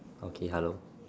okay hello